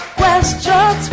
questions